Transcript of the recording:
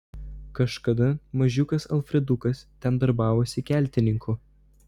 kažkada mažiukas alfredukas ten darbavosi keltininku